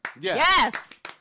Yes